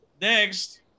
next